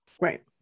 Right